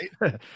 right